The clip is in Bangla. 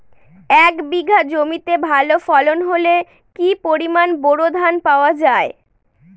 এক বিঘা জমিতে ভালো ফলন হলে কি পরিমাণ বোরো ধান পাওয়া যায়?